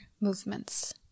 movements